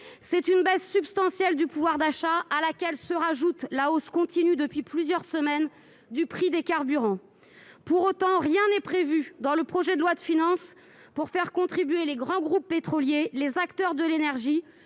d'une baisse substantielle du pouvoir d'achat, à laquelle s'ajoute la hausse continue, depuis plusieurs semaines, du prix des carburants. Pour autant, rien n'est prévu dans le projet de loi de finances pour faire contribuer les grands groupes pétroliers et les acteurs de l'énergie